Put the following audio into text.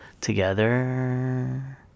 together